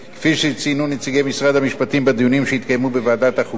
כפי שציינו נציגי משרד המשפטים בדיונים שהתקיימו בוועדת החוקה,